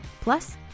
plus